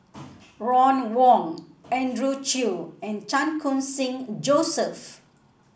Ron Wong Andrew Chew and Chan Khun Sing Joseph